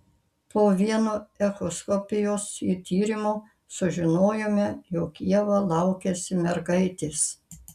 po vieno echoskopijos tyrimo sužinojome jog ieva laukiasi mergaitės